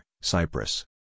Cyprus